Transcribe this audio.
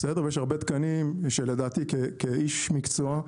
ויש הרבה תקנים שלדעתי כאיש מקצוע,